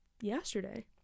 yesterday